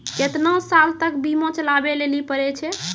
केतना साल तक बीमा चलाबै लेली पड़ै छै?